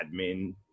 admin